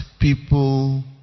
people